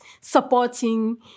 supporting